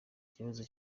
ikibazo